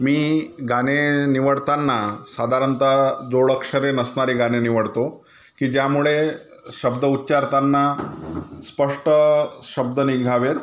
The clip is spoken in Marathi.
मी गाणे निवडताना साधारणतः जोडाक्षरे नसणारे गाणे निवडतो की ज्यामुळे शब्द उच्चारताना स्पष्ट शब्द निघावेत